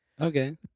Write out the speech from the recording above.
Okay